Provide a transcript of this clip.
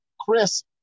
Chris